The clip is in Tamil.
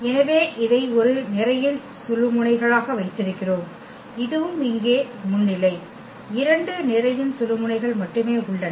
எனவே இதை ஒரு நிரையின் சுழுமுனைகளாக வைத்திருக்கிறோம் இதுவும் இங்கே முன்னிலை இரண்டு நிரையின் சுழுமுனைகள் மட்டுமே உள்ளன